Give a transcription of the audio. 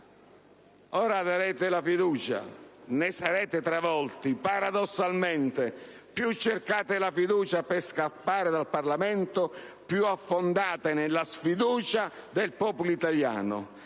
Ora darete la fiducia, ma ne sarete travolti, paradossalmente: più cercate la fiducia per scappare dal Parlamento, più affondate nella sfiducia del popolo italiano.